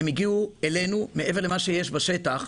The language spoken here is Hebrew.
הן הגיעו אלינו, מעבר למה שיש בשטח.